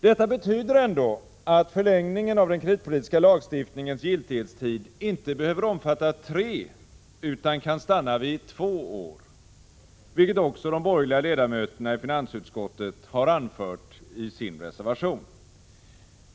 Detta betyder ändå att förlängningen av den kreditpolitiska lagstiftningens giltighetstid inte behöver omfatta tre år utan kan stanna vid två år, vilket också de borgerliga ledamöterna i finansutskottet har anfört i sin reservation.